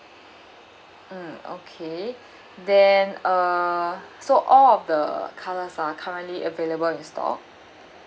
mm okay then uh so all of the colors are currently available in store